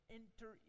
enter